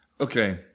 Okay